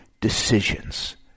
decisions